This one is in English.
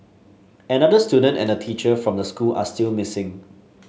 another student and a teacher from the school are still missing